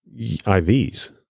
IVs